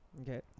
Okay